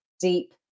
deep